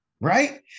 right